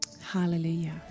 Hallelujah